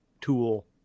tool